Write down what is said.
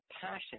passion